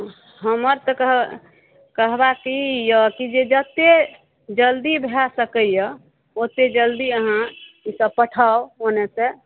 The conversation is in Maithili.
हमर तऽ कहब कहबाक ई यऽ कि जे जतेक जल्दी भए सकैए ओतेक जल्दी अहाँ ई सभ पठाउ ओने से